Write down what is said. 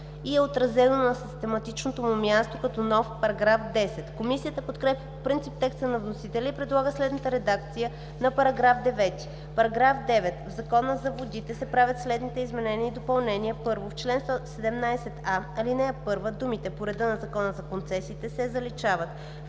и е отразено на систематичното му място като нов § 10. Комисията подкрепя по принцип текста на вносителя и предлага следната редакция на § 9: „§ 9. В Закона за водите се правят следните изменения и допълнения: 1. В чл. 17а, ал. 1 думите „по реда на Закона за концесиите“ се заличават.